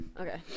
Okay